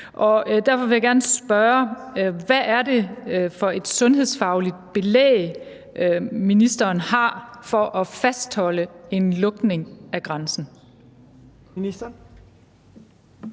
Derfor vil jeg gerne spørge: Hvad er det for et sundhedsfagligt belæg, ministeren har for at fastholde en lukning af grænsen?